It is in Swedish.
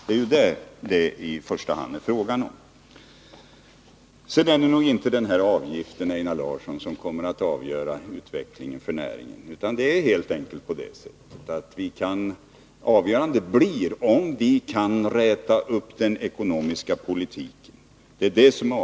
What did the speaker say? Det är detta som det i första hand är fråga om. Det är nog inte den här låneavgiften, Einar Larsson, som kommer att avgöra utvecklingen för näringen, utan avgörande blir om vi kan räta upp den ekonomiska politiken.